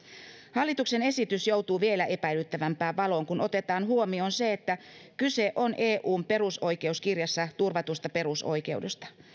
hallituksen esitys joutuu vielä epäilyttävämpään valoon kun otetaan huomioon se että kyse on eun perusoikeuskirjassa turvatusta perusoikeudesta